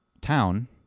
town